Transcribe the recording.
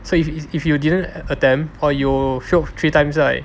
so if if you didn't attempt or you failed three times right